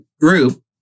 group